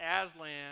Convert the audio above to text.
Aslan